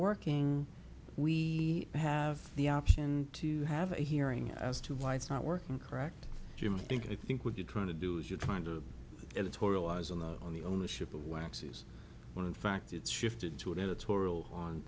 working we have the option to have a hearing as to why it's not working correct you might think i think what you're trying to do is you're trying to editorialize on the on the ownership of waxes when in fact it's shifted to